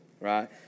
right